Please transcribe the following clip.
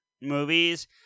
movies